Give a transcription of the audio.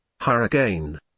hurricane